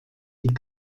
die